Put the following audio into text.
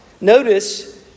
Notice